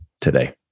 today